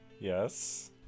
yes